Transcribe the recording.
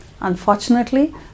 Unfortunately